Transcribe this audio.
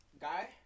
guy